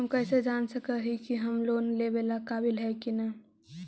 हम कईसे जान सक ही की हम लोन लेवेला काबिल ही की ना?